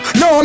no